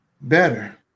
better